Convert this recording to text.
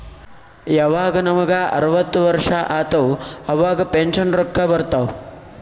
ಯವಾಗ್ ನಮುಗ ಅರ್ವತ್ ವರ್ಷ ಆತ್ತವ್ ಅವಾಗ್ ಪೆನ್ಷನ್ ರೊಕ್ಕಾ ಬರ್ತಾವ್